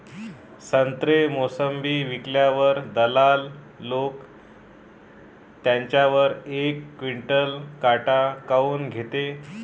संत्रे, मोसंबी विकल्यावर दलाल लोकं त्याच्यावर एक क्विंटल काट काऊन घेते?